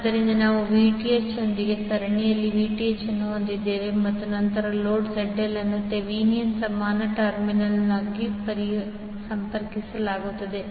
ಆದ್ದರಿಂದ ನಾವು Vth ಯೊಂದಿಗೆ ಸರಣಿಯಲ್ಲಿ Vth ಅನ್ನು ಹೊಂದಿದ್ದೇವೆ ಮತ್ತು ನಂತರ ಲೋಡ್ ZL ಅನ್ನು ಥೆವೆನಿನ್ ಸಮಾನ ಟರ್ಮಿನಲ್ನಲ್ಲಿ ಸಂಪರ್ಕಿಸಲಾಗುತ್ತದೆ